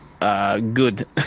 Good